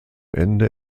ende